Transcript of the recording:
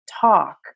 talk